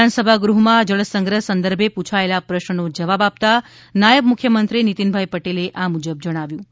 વિધાનસભા ગૃહમાં જળસંગ્રહ સંદર્ભે પૂછાયેલા પ્રશ્નનો જવાબ આપતાં નાયબ મુખ્યમંત્રી નીતિનભાઈ પટેલે આ મુજબ જણાવ્યુ હતું